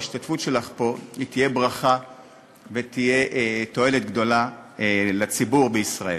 ההשתתפות שלך פה תהיה ברכה ותהיה לתועלת גדולה לציבור בישראל.